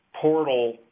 portal